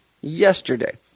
yesterday